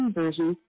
version